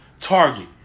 Target